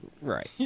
Right